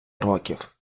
років